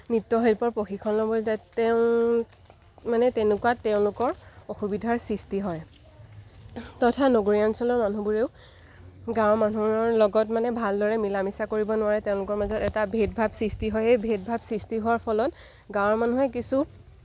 নৃত্যশিল্পৰ প্ৰশিক্ষণ ল'ব যায় তেওঁ মানে তেনেকুৱা তেওঁলোকৰ অসুবিধাৰ সৃষ্টি হয় তথা নগৰীয়া অঞ্চলৰ মানুহবোৰেও গাঁৱৰ মানুহৰ লগত মানে ভালদৰে মিলা মিছা কৰিব নোৱাৰে তেওঁলোকৰ মাজত এটা ভেদ ভাৱ সৃষ্টি হয় সেই ভেদ ভাৱ সৃষ্টি হোৱাৰ ফলত গাঁৱৰ মানুহে কিছু